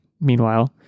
meanwhile